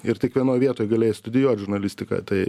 ir tik vienoj vietoj galėjai studijuot žurnalistiką tai